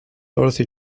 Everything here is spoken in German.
dorothy